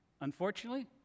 Unfortunately